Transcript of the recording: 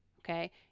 Okay